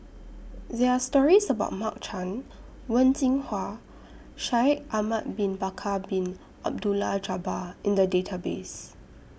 There Are stories about Mark Chan Wen Jinhua Shaikh Ahmad Bin Bakar Bin Abdullah Jabbar in The Database